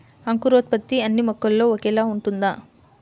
అంకురోత్పత్తి అన్నీ మొక్కల్లో ఒకేలా ఉంటుందా?